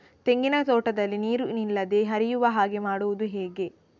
ತೆಂಗಿನ ತೋಟದಲ್ಲಿ ನೀರು ನಿಲ್ಲದೆ ಹರಿಯುವ ಹಾಗೆ ಮಾಡುವುದು ಹೇಗೆ?